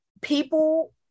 people